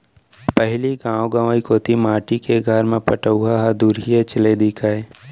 पहिली गॉव गँवई कोती माटी के घर म पटउहॉं ह दुरिहेच ले दिखय